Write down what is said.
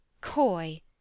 coy